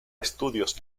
estudios